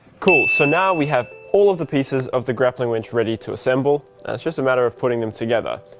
cool so now we have all of the pieces of the grappling winch ready to assemble now it's just a matter of putting them together,